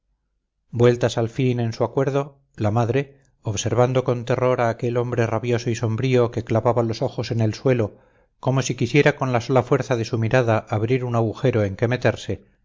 vueltas al fin en su acuerdo la madre observando con terror a aquel hombre rabioso y sombrío que clavaba los ojos en el suelo como si quisiera con la sola fuerza de su mirada abrir un agujero en que meterse